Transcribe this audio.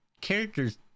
characters